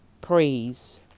praise